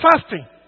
fasting